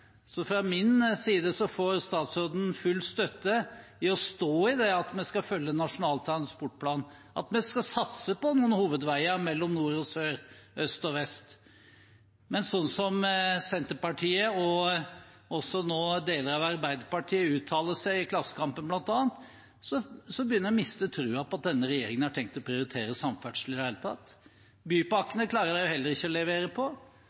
Fra min side får statsråden full støtte i å stå i det at vi skal følge Nasjonal transportplan, at vi skal satse på noen hovedveier mellom nord og sør og øst og vest. Men sånn Senterpartiet og nå også deler av Arbeiderpartiet uttaler seg i bl.a. Klassekampen, begynner jeg å miste troen på at denne regjeringen har tenkt å prioritere samferdsel i det hele tatt. Bypakkene klarer de heller ikke å levere på.